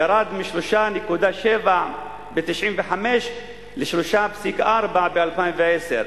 ירד מ-3.7 ב-1995, ל-3.4 ב-2010.